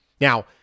Now